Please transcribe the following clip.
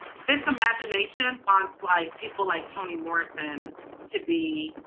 this imagination wants like people like toni morrison to be,